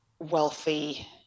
Wealthy